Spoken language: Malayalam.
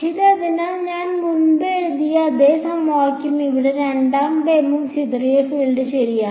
ഇത് അതിനാൽ ഞാൻ മുമ്പ് എഴുതിയ അതേ സമവാക്യവും ഇവിടെ രണ്ടാം ടേമും ചിതറിയ ഫീൽഡ് ശരിയാണ്